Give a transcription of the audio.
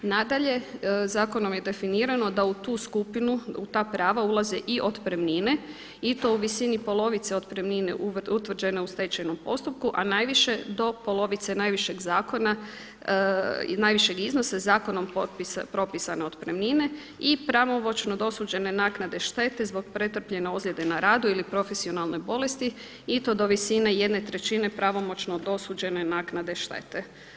Nadalje, zakonom je definirano da u tu skupinu, u ta prava ulaze i otpremnine i to u visini polovice otpremnine utvrđene u stečajnom postupku a najviše do polovice najvišeg zakona, najvišeg iznosa zakonom propisane otpremnine i pravomoćno dosuđene naknade štete zbog pretrpljene ozljede na radu ili profesionalne bolesti i to do visine jedne trećine pravomoćno dosuđene naknade štete.